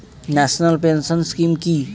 National pension scheme কি?